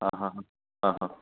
હા હા હા હા